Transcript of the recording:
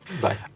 Bye